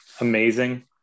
amazing